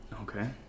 Okay